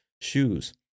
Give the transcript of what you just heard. shoes